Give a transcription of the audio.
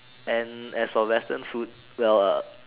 and as for Western food well uh